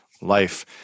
life